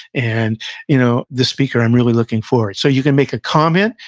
and you know this speaker, i'm really looking forward. so, you can make a comment,